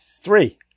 Three